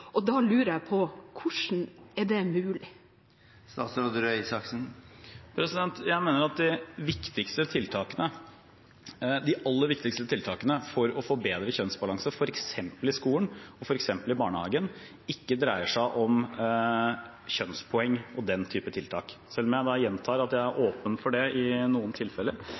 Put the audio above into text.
Da lurer jeg på: Hvordan er det mulig? Jeg mener at de viktigste tiltakene, de aller viktigste tiltakene, for å få bedre kjønnsbalanse, f.eks. i skolen og i barnehagen, ikke dreier seg om kjønnspoeng og den type tiltak, selv om jeg gjentar at jeg er åpen for det i noen tilfeller.